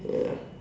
ya